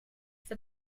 for